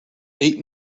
eight